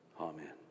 Amen